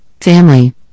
family